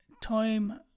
time